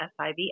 SIV